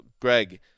Greg